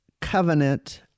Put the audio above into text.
covenant